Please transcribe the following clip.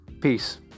Peace